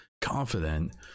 confident